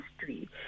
history